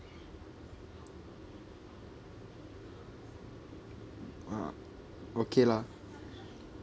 uh okay lah